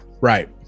right